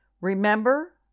Remember